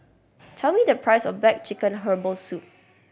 tell me the price of black chicken herbal soup